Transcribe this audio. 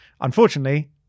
unfortunately